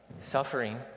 suffering